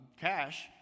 cash